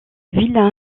villa